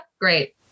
Great